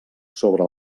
sobre